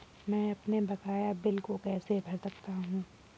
मैं अपने बकाया बिजली बिल को कैसे भर सकता हूँ?